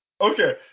Okay